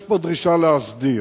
יש פה דרישה להסדיר.